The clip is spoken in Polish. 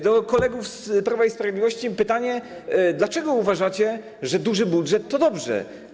Do kolegów z Prawa i Sprawiedliwości pytanie: Dlaczego uważacie, że duży budżet to dobrze?